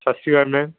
ਸਤਿ ਸ਼੍ਰੀ ਅਕਾਲ ਮੈਮ